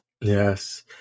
Yes